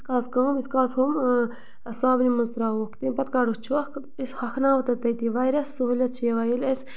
کالَس کٲم ییٖتِس کالَس ہُم صابنہِ منٛز ترٛاووکھ تَمہِ پَتہٕ کَڑو چھۄکھ أسۍ ہۄکھناوو تہِ تٔتی واریاہ سہوٗلیت چھِ یِوان ییٚلہِ أسۍ